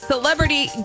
Celebrity